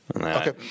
Okay